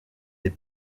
des